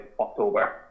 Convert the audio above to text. October